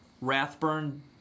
Rathburn